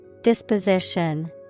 Disposition